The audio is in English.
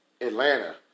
Atlanta